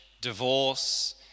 divorce